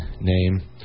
name